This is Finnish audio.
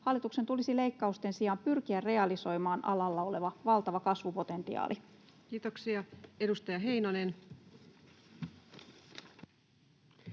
Hallituksen tulisi leikkausten sijaan pyrkiä realisoimaan alalla oleva valtava kasvupotentiaali. [Speech 503] Speaker: